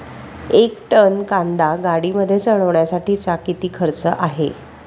एक टन कांदा गाडीमध्ये चढवण्यासाठीचा किती खर्च आहे?